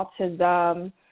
autism